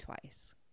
Twice